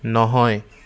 নহয়